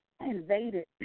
invaded